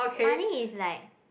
funny is like